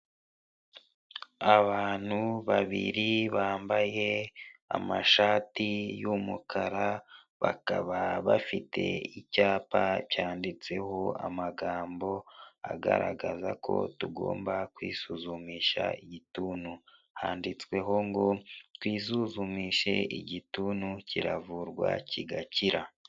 Abantu babiri bambaye amashati y'umukara bakaba bafite icyapa cyanditseho amagambo agaragaza ko tugomba kwisuzumisha igituntu, handitsweho ngo twisuzumishe igituntu kiravurwa kigakira.